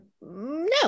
No